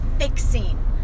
fixing